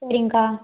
சரிங்க்கா